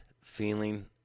feeling